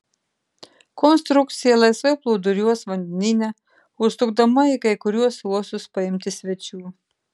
konstrukcija laisvai plūduriuos vandenyne užsukdama į kai kuriuos uostus paimti svečių